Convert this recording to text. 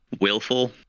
willful